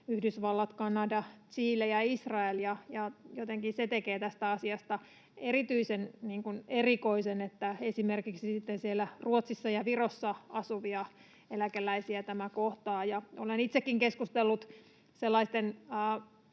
Yhdysvallat, Kanada, Chile ja Israel. Jotenkin se tekee tästä asiasta erityisen erikoisen, että esimerkiksi Ruotsissa ja Virossa asuvia eläkeläisiä tämä kohtaa. Olen itsekin keskustellut sellaisten